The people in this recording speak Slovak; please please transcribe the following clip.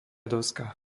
doska